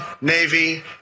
Navy